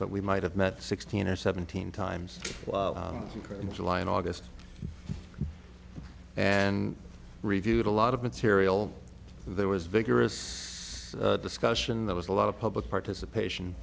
but we might have met sixteen or seventeen times in july and august and reviewed a lot of material there was vigorous discussion there was a lot of public participation